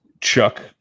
Chuck